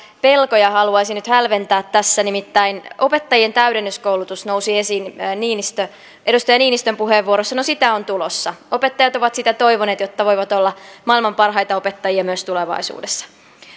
pelkoja haluaisin nyt hälventää tässä nimittäin opettajien täydennyskoulutus nousi esiin edustaja niinistön puheenvuorossa no sitä on tulossa opettajat ovat sitä toivoneet jotta voivat olla maailman parhaita opettajia myös tulevaisuudessa